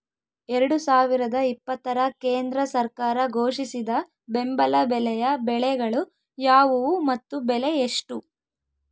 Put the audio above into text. ಎರಡು ಸಾವಿರದ ಇಪ್ಪತ್ತರ ಕೇಂದ್ರ ಸರ್ಕಾರ ಘೋಷಿಸಿದ ಬೆಂಬಲ ಬೆಲೆಯ ಬೆಳೆಗಳು ಯಾವುವು ಮತ್ತು ಬೆಲೆ ಎಷ್ಟು?